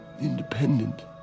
Independent